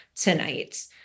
tonight